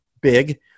big